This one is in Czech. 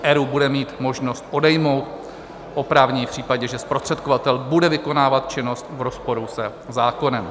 ERÚ bude mít možnost odejmout v oprávněném případě, že zprostředkovatel bude vykonávat činnost v rozporu se zákonem.